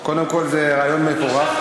קודם כול, זה רעיון מבורך.